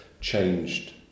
changed